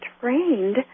trained